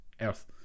Earth